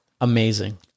Amazing